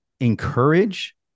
encourage